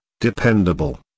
dependable